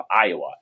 Iowa